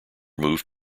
moved